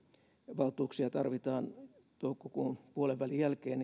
valtuuksia tarvitaan toukokuun puolenvälin jälkeen